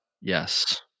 Yes